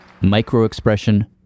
Micro-expression